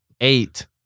eight